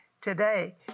today